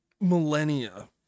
millennia